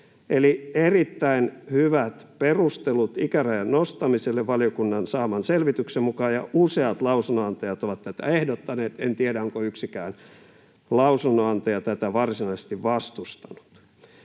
oli erittäin hyvät perustelut ikärajan nostamiselle valiokunnan saaman selvityksen mukaan, ja useat lausunnonantajat ovat tätä ehdottaneet. En tiedä, onko yksikään lausunnonantaja tätä varsinaisesti vastustanut.